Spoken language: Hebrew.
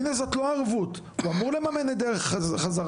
זאת לא ערבות, הוא אמור לממן את דרך חזרתו.